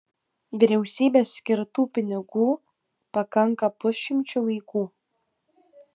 vyriausybės skirtų pinigų pakanka pusšimčiui vaikų